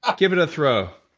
ah give it a throw.